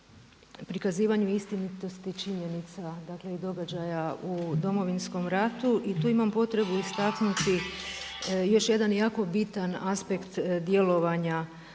prikazivanju istinitosti činjenica, dakle i događaja u Domovinskom ratu i tu imam potrebu istaknuti još jedan jako bitan aspekt djelovanja